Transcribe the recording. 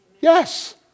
Yes